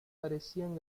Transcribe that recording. parecían